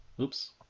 Oops